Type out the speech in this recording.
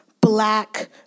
black